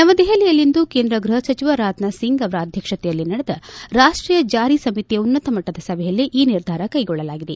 ನವದೆಹಲಿಯಲ್ಲಿಂದು ಕೇಂದ್ರ ಗೃಹಸಚಿವ ರಾಜನಾಥ್ಸಿಂಗ್ ಅವರ ಅಧ್ಯಕ್ಷತೆಯಲ್ಲಿ ನಡೆದ ರಾಷ್ಷೀಯ ಜಾರಿ ಸಮಿತಿಯ ಉನ್ನತ ಮಟ್ಲದ ಸಭೆಯಲ್ಲಿ ಈ ನಿರ್ಧಾರ ಕೈಗೊಳ್ಳಲಾಗಿದೆ